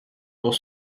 pour